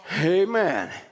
Amen